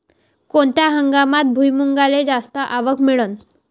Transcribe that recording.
कोनत्या हंगामात भुईमुंगाले जास्त आवक मिळन?